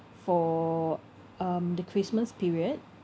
for um the christmas period